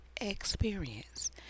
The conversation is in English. experience